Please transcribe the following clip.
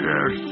Yes